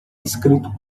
escrito